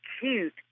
cute